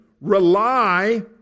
rely